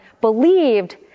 believed